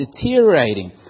deteriorating